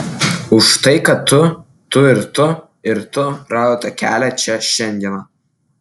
už tai kad tu tu ir tu ir tu radote kelią čia šiandieną